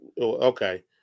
Okay